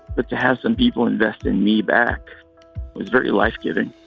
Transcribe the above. but to have some people invest in me back was very life-giving